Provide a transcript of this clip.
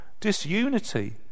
disunity